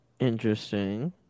interesting